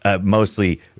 mostly